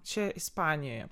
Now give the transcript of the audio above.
čia ispanijoje